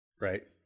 Right